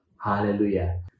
Hallelujah